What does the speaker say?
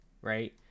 right